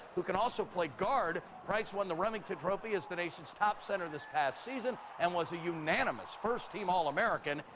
who can also play guard price won the remington trophy as the nation's top center this past season and was a unanimous first-team all-american.